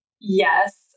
Yes